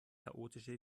chaotische